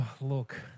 Look